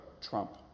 Trump